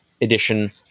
edition